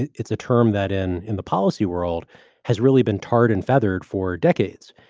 and it's a term that in in the policy world has really been tarred and feathered for decades.